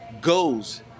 goes